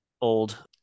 old